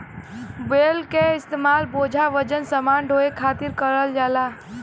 बैल क इस्तेमाल बोझा वजन समान ढोये खातिर करल जाला